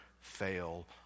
fail